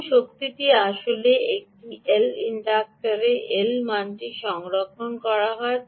এখন শক্তিটি আসলে এই এল ইনডাক্টরে এই এল মানটিতে সংরক্ষণ করা হয়